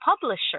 publisher